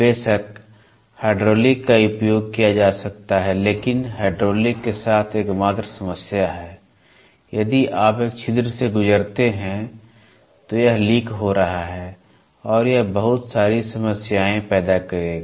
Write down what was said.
बेशक हाइड्रोलिक का उपयोग किया जा सकता है लेकिन हाइड्रोलिक के साथ एकमात्र समस्या है यदि आप एक छिद्र से गुजरते हैं तो यह लीक हो रहा है और यह बहुत सारी समस्याएं पैदा करेगा